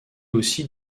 aussi